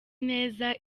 neza